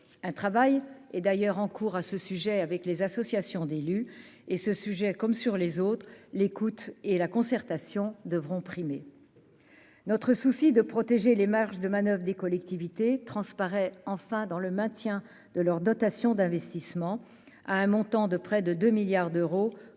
un travail et d'ailleurs en cours à ce sujet avec les associations d'élus et ce sujet comme sur les autres, l'écoute et la concertation devront primer notre souci de protéger les marges de manoeuvre des collectivités transparaît enfin dans le maintien de leur dotation d'investissement à un montant de près de 2 milliards d'euros,